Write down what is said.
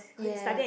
yes